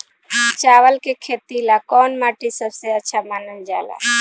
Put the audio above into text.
चावल के खेती ला कौन माटी सबसे अच्छा मानल जला?